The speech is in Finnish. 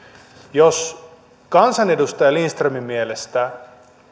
jos kansanedustaja lindströmin mielestä